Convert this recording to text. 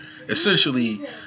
essentially